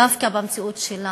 דווקא במציאות שלנו.